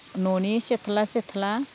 न'नि सिथ्ला सिथ्ला